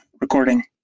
recording